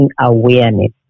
awareness